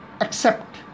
accept